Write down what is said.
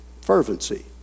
Fervency